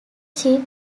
chief